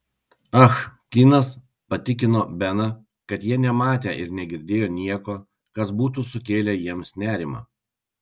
ah kinas patikino beną kad jie nematė ir negirdėjo nieko kas būtų sukėlę jiems nerimą